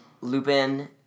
Lupin